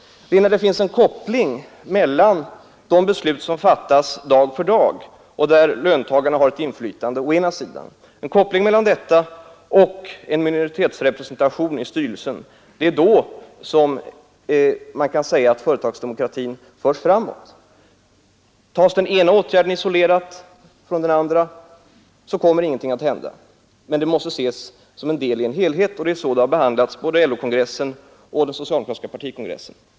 Det är när det finns en koppling mellan de beslut som fattas dag för dag och där löntagarna har ett inflytande och en minoritetsrepresentation i styrelsen som man kan säga att företagsdemokratin förs framåt. Vidtas den ena åtgärden isolerad från den andra, kommer ingenting att hända, utan de måste genomföras som en del av en enhet. Det är så förslaget har behandlats på både LO-kongressen och den socialdemokratiska partikongressen.